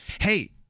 hey